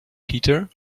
peter